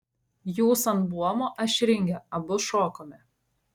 jūs ant buomo aš ringe abu šokome